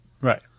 Right